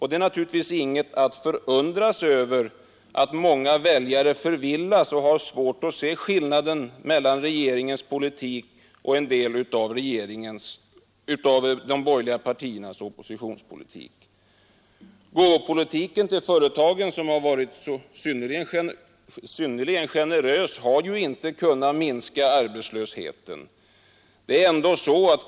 Det är naturligtvis ingenting att förundras över att många väljare förvillas och har svårt att se skillnaden mellan regeringens politik och en del av den s.k. borgerliga oppositionens politik. Gåvopolitiken gentemot företagen, som har varit synnerligen generös, har ju inte kunnat minska arbetslösheten.